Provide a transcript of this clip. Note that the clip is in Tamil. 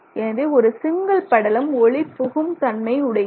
எனவே ஒரு சிங்கிள் படலம் ஒளிபுகும் தன்மை உடையது